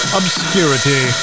obscurity